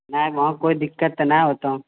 नहि वहाँ कोई दिक्कत तऽ नहि होतो